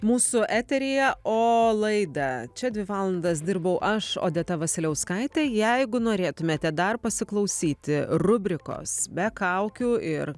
mūsų eteryje o laidą čia dvi valandas dirbau aš odeta vasiliauskaitė jeigu norėtumėte dar pasiklausyti rubrikos be kaukių ir